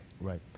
Right